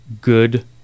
good